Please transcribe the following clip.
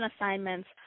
assignments